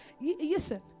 Listen